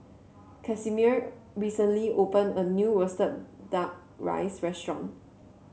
Casimir recently opened a new roasted Duck Rice Restaurant